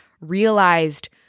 realized